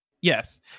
yes